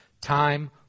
Time